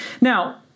Now